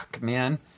man